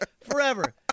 forever